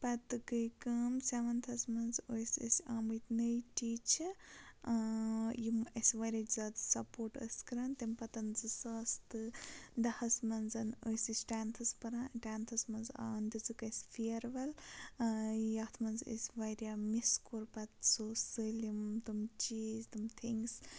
پَتہٕ گٔے کٲم سیٚونتھَس منٛز ٲسۍ أسۍ آمٕتۍ نٔے ٹیٖچہٕ یِم اَسہِ واریاہ زیادٕ سَپوٹ ٲس کَران تمہِ پَتَن زٕ ساس تہٕ دَہَس منٛز ٲسۍ أسۍ ٹٮ۪نتھَس پَران ٹٮ۪نتھَس منٛز آ دِژٕکھ اَسہِ فِیَروٮ۪ل یَتھ منٛز أسۍ واریاہ مِس کوٚر پَتہٕ سُہ سٲلِم تم چیٖز تم تھِنٛگٕس